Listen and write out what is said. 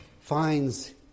finds